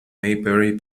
maybury